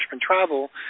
travel